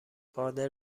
قادر